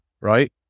right